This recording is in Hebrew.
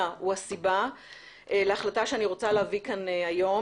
הוא הסיבה להחלטה שאני רוצה להביא כאן היום.